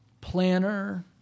planner